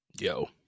Yo